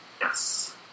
Yes